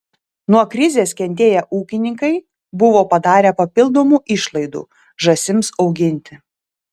nuo krizės kentėję ūkininkai buvo padarę papildomų išlaidų žąsims auginti